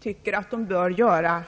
tycker att de bör göra.